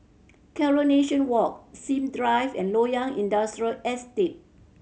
Coronation Walk Sim Drive and Loyang Industrial Estate